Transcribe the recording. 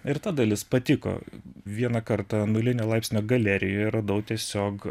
ir ta dalis patiko vieną kartą nulinio laipsnio galerijoje radau tiesiog